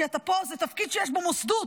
כי זה תפקיד שיש בו מוֹסְדוּת,